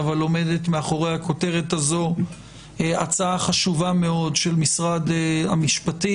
אבל עומדת מאחורי הכותרת הזו הצעה חשובה מאוד של משרד המשפטים.